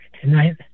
tonight